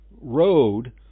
road